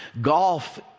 Golf